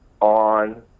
on